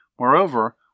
Moreover